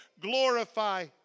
glorify